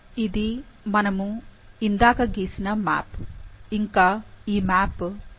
ఇది మనము ఇందాక గీసిన మ్యాప్ ఇంకా ఈ మ్యాప్ సరిగ్గా అదే విధంగా కనిపిస్తుంది